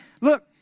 Look